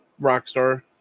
Rockstar